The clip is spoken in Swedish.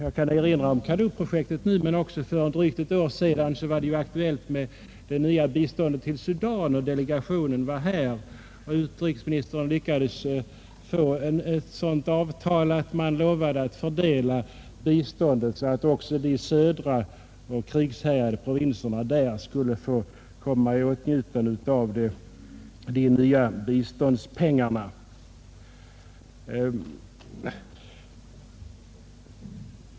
Jag kan utöver CADU-projektet erinra om det nya biståndet till Sudan, som var aktuellt för drygt ett år sedan. Då Sudans delegation besökte Sverige lyckades utrikesministern få till stånd ett avtal, enligt vilket mottagarlandet lovade att fördela biståndet så, att också de södra och krigshärjade provinserna i Sudan skulle komma i åtnjutande av de nya biståndspengarna.